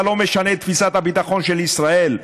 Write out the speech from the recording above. אתה לא משנה את תפיסת הביטחון של ישראל.